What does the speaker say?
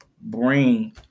bring